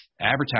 advertising